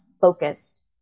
focused